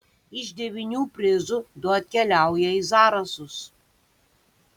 iš devynių prizų du atkeliauja į zarasus